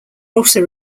also